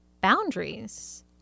boundaries